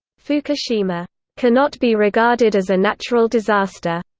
fukushima cannot be regarded as a natural disaster,